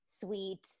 sweet